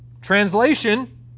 Translation